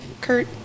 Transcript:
Kurt